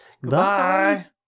Goodbye